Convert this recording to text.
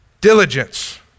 Diligence